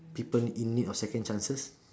people in need of second chances